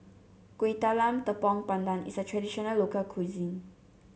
Kueh Talam Tepong Pandan is a traditional local cuisine